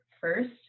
first